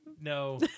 No